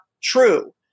true